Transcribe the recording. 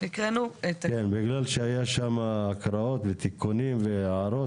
בגלל שהיה שם הקראות ותיקונים והערות,